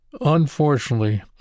Unfortunately